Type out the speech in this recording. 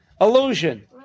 Illusion